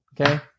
okay